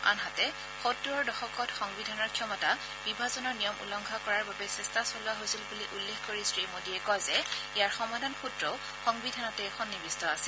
আনহাতে সত্তৰৰ দশকত সংবিধানৰ ক্ষমতা বিভাজনৰ নিয়ম উলংঘা কৰাৰ বাবে চেষ্টা চলোৱা হৈছিল বুলি উল্লেখ কৰি শ্ৰীমোদীয়ে কয় যে ইয়াৰ সমাধান সূত্ৰও সংবিধানতে সন্নিবিট্ট আছিল